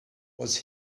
was